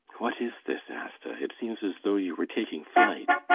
what is this, asta? it seems as though you were taking flight.